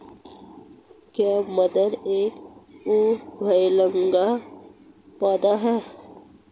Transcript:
क्या मटर एक उभयलिंगी पौधा है?